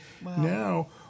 Now